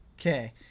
Okay